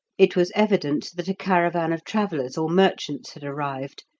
it was evident that a caravan of travellers or merchants had arrived,